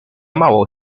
mało